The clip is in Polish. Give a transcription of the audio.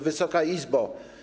Wysoka Izbo!